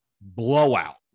blowout